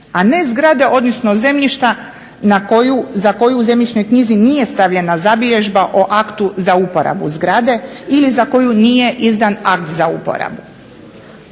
a ne zgrade odnosno zemljišta za koju u zemljišnoj knjizi nije stavljena zabilježba o aktu za uporabu zgrade ili za koju nije izdan akt za uporabu.